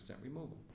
removal